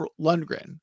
Lundgren